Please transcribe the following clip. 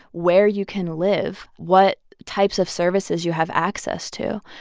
where you can live, what types of services you have access to,